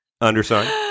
undersigned